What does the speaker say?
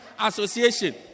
Association